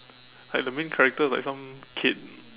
like the main character is like some kid